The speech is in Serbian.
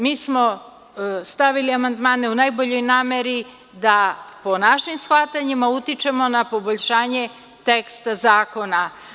Mi smo dostavili amandmane u najboljoj nameri da, po našim shvatanjima, utičemo na poboljšanje teksta zakona.